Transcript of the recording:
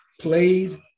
played